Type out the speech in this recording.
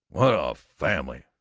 what a family!